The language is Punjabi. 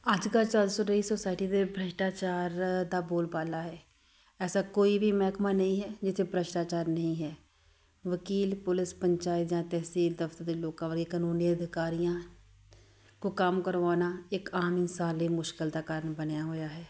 ਅੱਜ ਕੱਲ੍ਹ ਸੋਸਾਇਟੀ ਦੇ ਭ੍ਰਿਸ਼ਟਾਚਾਰ ਦਾ ਬੋਲ ਬਾਲਾ ਹੈ ਐਸਾ ਕੋਈ ਵੀ ਮਹਿਕਮਾ ਨਹੀਂ ਹੈ ਜਿੱਥੇ ਭ੍ਰਿਸ਼ਟਾਚਾਰ ਨਹੀਂ ਹੈ ਵਕੀਲ ਪੁਲਿਸ ਪੰਚਾਇਤਾਂ ਜਾਂ ਤਹਿਸੀਲ ਦਫ਼ਤਰ ਦੇ ਲੋਕਾਂ ਬਾਰੇ ਕਾਨੂੰਨੀ ਅਧਿਕਾਰੀਆਂ ਕੋਲੋਂ ਕੰਮ ਕਰਵਾਉਣਾ ਇੱਕ ਆਮ ਇਨਸਾਨ ਲਈ ਮੁਸ਼ਕਿਲ ਦਾ ਕਾਰਣ ਬਣਿਆ ਹੋਇਆ ਹੈ